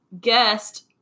guest